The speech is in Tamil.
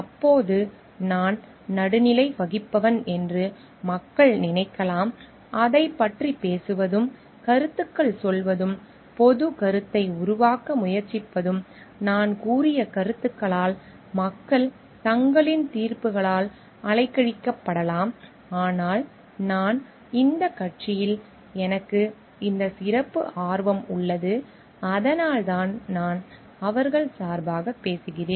அப்போது நான் நடுநிலை வகிப்பவன் என்று மக்கள் நினைக்கலாம் அதைப் பற்றிப் பேசுவதும் கருத்துகள் சொல்வதும் பொதுக் கருத்தை உருவாக்க முயற்சிப்பதும் நான் கூறிய கருத்துக்களால் மக்கள் தங்களின் தீர்ப்புகளால் அலைக்கழிக்கப்படலாம் ஆனால் நான் இந்த கட்சியில் எனக்கு இந்த சிறப்பு ஆர்வம் உள்ளது அதனால்தான் நான் அவர்கள் சார்பாக பேசுகிறேன்